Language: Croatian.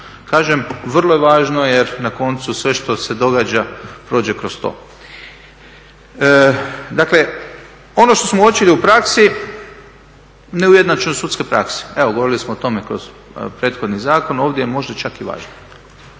Kažem, vrlo je važno jer na koncu sve što se događa prođe kroz to. Dakle ono što smo uočili u praksi, neujednačenoj sudskoj praksi, evo govorili smo o tome kroz prethodni zakon, ovdje je možda čak i važnije.